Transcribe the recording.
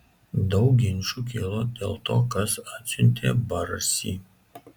daug ginčų kilo dėl to kas atsiuntė barsį